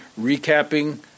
recapping